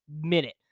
minute